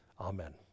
Amen